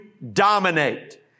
dominate